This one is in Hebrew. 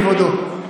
ימשיך כבודו.